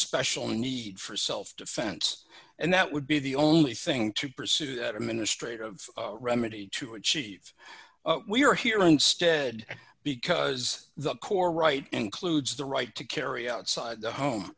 special need for self defense and that would be the only thing to pursue them in the strait of remedy to achieve we're here instead because the core right includes the right to carry outside the home